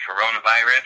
coronavirus